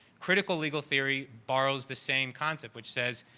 critical legal theory borrows the same concept which says,